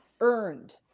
earned